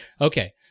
Okay